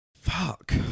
Fuck